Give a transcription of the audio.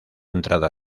entrada